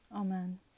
Amen